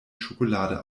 schokolade